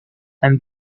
and